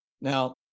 Now